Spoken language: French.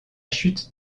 chute